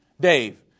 Dave